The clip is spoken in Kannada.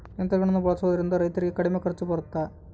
ಯಂತ್ರಗಳನ್ನ ಬಳಸೊದ್ರಿಂದ ರೈತರಿಗೆ ಕಡಿಮೆ ಖರ್ಚು ಬರುತ್ತಾ?